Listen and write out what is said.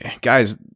guys